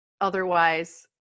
otherwise